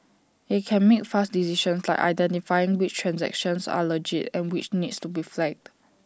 IT can make fast decisions like identifying which transactions are legit and which need to be flagged